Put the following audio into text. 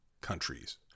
countries